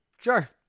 Sure